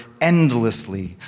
endlessly